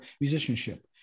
musicianship